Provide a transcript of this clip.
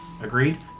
Agreed